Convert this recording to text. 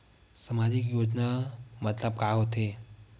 सामजिक योजना मतलब का होथे?